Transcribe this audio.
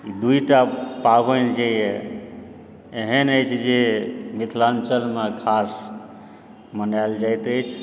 दुइटा पाबनि जे एहन अछि जे मिथिलाञ्चलमे खास मनायल जाइत अछि